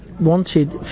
wanted